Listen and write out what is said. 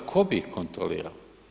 Tko bi ih kontrolirao?